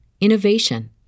innovation